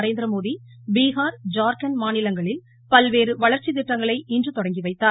நரேந்திரமோடி பீகார் ஜார்க்கண்ட் மாநிலங்களில் பல்வேறு வளர்ச்சி திட்டங்களை இன்று தொடங்கி வைத்தார்